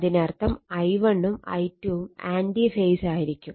അതിനർത്ഥം I1 ഉം I2 ഉം ആൻറി ഫേസ് ആയിരിക്കും